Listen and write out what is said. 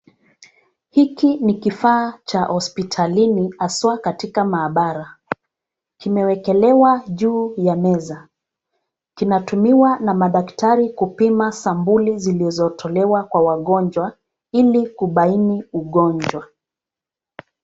Hiki ni kifaa cha hospitalini haswa katika maabara. Kimewekelewa juu ya meza. Kinatumiwa na madaktari kupima sampuli zilizotolewa kwa wagonjwa ili kubaini ugonjwa.